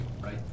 right